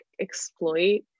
exploit